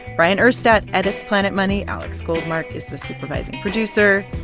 bryant urstadt edits planet money. alex goldmark is the supervising producer.